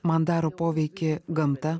man daro poveikį gamta